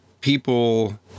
people